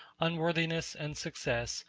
unworthiness and success,